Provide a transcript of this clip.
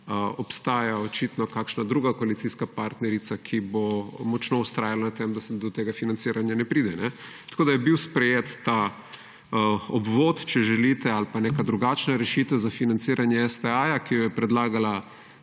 obstaja očitno kakšna druga koalicijska partnerica, ki bo močno vztrajala na tem, da do tega financiranja ne pride. Tako da, je bil sprejet ta obvod, če želite ali pa neka drugačna rešitev za financiranje STA, ki jo je predlagala